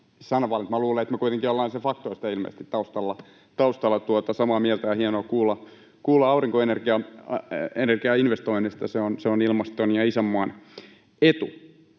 luulen, että me kuitenkin ollaan ilmeisesti faktoista sen taustalla samaa mieltä. Ja hienoa kuulla aurinkoenergiainvestoinneista, se on ilmaston ja isänmaan etu.